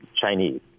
Chinese